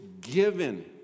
given